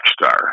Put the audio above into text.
star